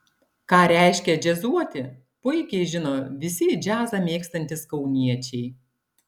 ką reiškia džiazuoti puikiai žino visi džiazą mėgstantys kauniečiai